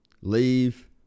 Leave